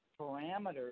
parameters